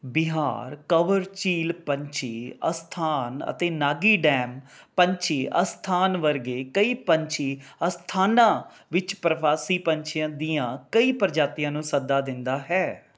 ਬਿਹਾਰ ਕਵਰ ਝੀਲ ਪੰਛੀ ਅਸਥਾਨ ਅਤੇ ਨਾਗੀ ਡੈਮ ਪੰਛੀ ਅਸਥਾਨ ਵਰਗੇ ਕਈ ਪੰਛੀ ਅਸਥਾਨਾਂ ਵਿੱਚ ਪ੍ਰਵਾਸੀ ਪੰਛੀਆਂ ਦੀਆਂ ਕਈ ਪ੍ਰਜਾਤੀਆਂ ਨੂੰ ਸੱਦਾ ਦਿੰਦਾ ਹੈ